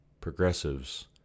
progressives